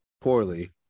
poorly